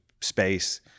space